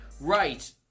Right